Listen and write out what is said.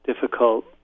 difficult